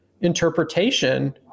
interpretation